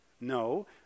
No